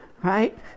Right